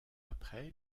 après